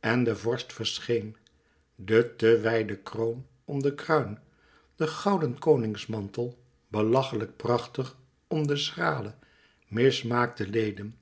en de vorst verscheen de te wijde kroon om de kruin de gouden koningsmantel belachelijk prachtig om de schrale mismaakte leden